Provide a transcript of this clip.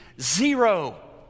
zero